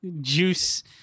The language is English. juice